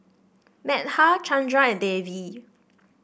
Medha Chandra and Devi